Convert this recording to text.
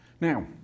Now